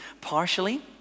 partially